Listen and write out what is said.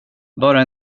bara